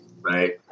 Right